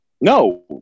no